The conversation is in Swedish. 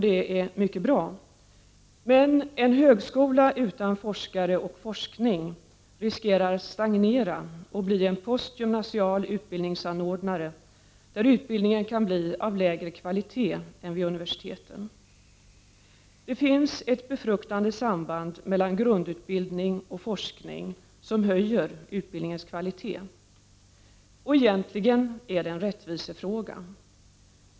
Det är mycket bra. Men en högskola utan forskare och forskning riskerar att stagnera och bli en postgymnasial utbildningsanordnare, där utbildningen kan bli av lägre kvalitet än vid universiteten. Det finns ett befruktande samband mellan grundutbildning och forskning, som höjer utbildningens kvalitet. Egentligen är det en rättvisefråga.